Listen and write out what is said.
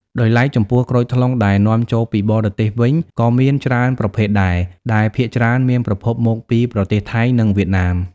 ដោយឡែក ចំពោះក្រូចថ្លុងដែលនាំចូលពីបរទេសវិញក៏មានច្រើនប្រភេទដែរ ដែលភាគច្រើនមានប្រភពមកពីប្រទេសថៃ និងវៀតណាម។